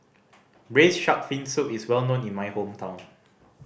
Braised Shark Fin Soup is well known in my hometown